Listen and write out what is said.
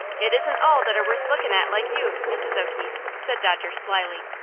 it isn't all that are worth looking at like you, mrs. o'keefe, said dodger, slyly.